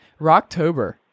Rocktober